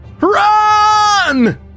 RUN